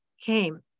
came